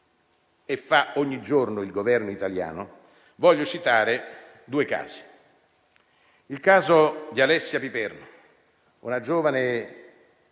e fa ogni giorno il Governo italiano, voglio citare due casi. Il caso di Alessia Piperno, una giovane